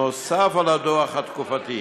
נוסף על הדוח התקופתי,